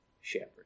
shepherd